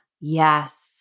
yes